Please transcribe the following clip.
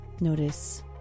Notice